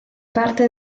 parte